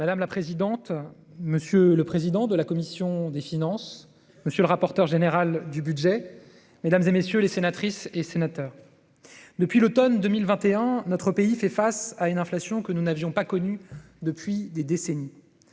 Madame la présidente, monsieur le président de la commission des finances, monsieur le rapporteur général, mesdames, messieurs les sénateurs, depuis l'automne 2021, notre pays fait face à une inflation que nous n'avions pas connue depuis des décennies.